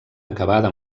acabada